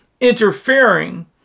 interfering